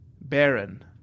Baron